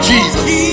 Jesus